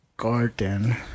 garden